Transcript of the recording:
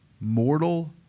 mortal